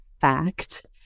fact